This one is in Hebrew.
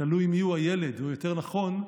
תלוי מיהו הילד, או יותר נכון,